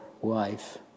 wife